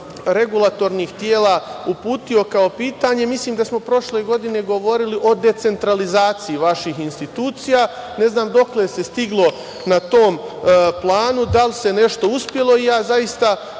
regulatornih tela uputio, kao pitanje, mislim da smo prošle godine govorili o decentralizaciji vaših institucija, ne znam dokle se stiglo na tom planu? Da li se nešto uspelo? Zaista